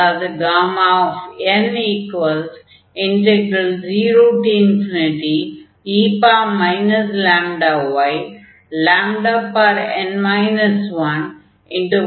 அதாவது Γn 0e λyn 1yn 1λdy என்று ஆகும்